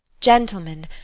Gentlemen